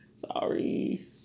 Sorry